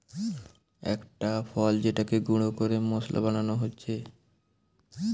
একটা ফল যেটাকে গুঁড়ো করে মশলা বানানো হচ্ছে